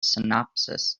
synopsis